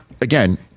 again